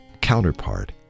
counterpart